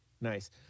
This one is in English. Nice